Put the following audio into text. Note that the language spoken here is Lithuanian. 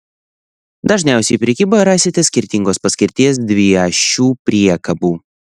dažniausiai prekyboje rasite skirtingos paskirties dviašių priekabų